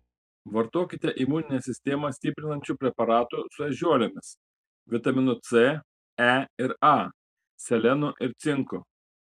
vartokite imuninę sistemą stiprinančių preparatų su ežiuolėmis vitaminu c e ir a selenu ir cinku